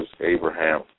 Abraham